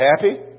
happy